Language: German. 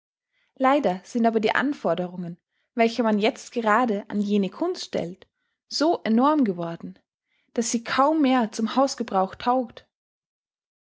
leider sind aber die anforderungen welche man jetzt gerade an jene kunst stellt so enorm geworden daß sie kaum mehr zum hausgebrauch taugt